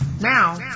Now